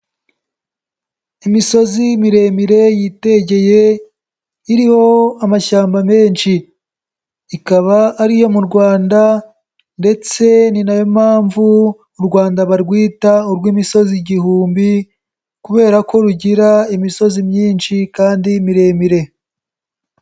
Imisozi miremire yitegeye iriho amashyamba menshi ikaba ari iyo mu Rwanda ndetse ni na yo mpamvu u Rwanda barwita urw'imisozi igihumbi kubera ko rugira imisozi myinshi kandi miremire.